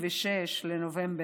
בן 26. ב-26 בנובמבר